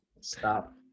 Stop